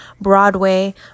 broadway